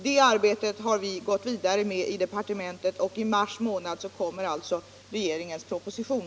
Det arbetet har vi gått vidare med i departementet, och i mars månad kommer regeringens proposition.